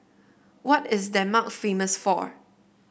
what is Denmark famous for